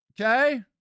Okay